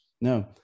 No